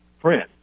print